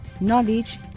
knowledge